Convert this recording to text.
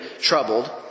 troubled